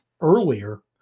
earlier